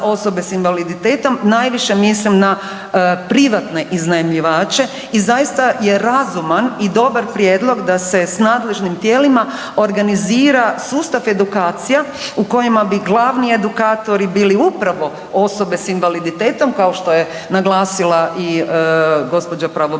osobe s invaliditetom. Najviše mislim na privatne iznajmljivače i zaista je razuman i dobar prijedlog da se s nadležnim tijelima organizira sustav edukacija u kojima bi glavni edukatori bili upravo osobe s invaliditetom kao što je naglasila i gospođa pravobraniteljica